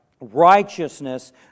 Righteousness